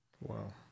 Wow